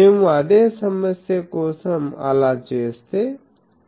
మేము అదే సమస్య కోసం అలా చేస్తే